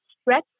stretch